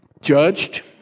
judged